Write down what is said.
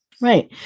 Right